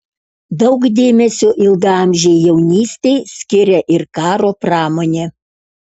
daug dėmesio ilgaamžei jaunystei skiria ir karo pramonė